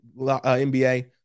NBA